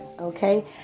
Okay